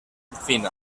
fina